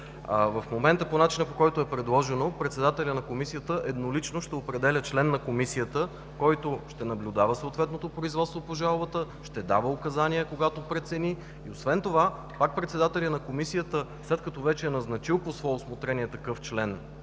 В момента по начина, по който е предложено, председателят на Комисията еднолично ще определя член на Комисията, който ще наблюдава съответното производство по жалбата, ще дава указания, когато прецени. Освен това, пак председателят на Комисията – след като вече е назначил по свое усмотрение такъв член